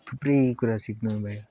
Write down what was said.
थुप्रै कुरा सिक्नुभयो